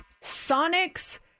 Sonic's